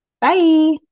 Bye